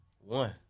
one